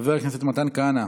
חבר הכנסת מתן כהנא,